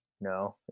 No